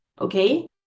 okay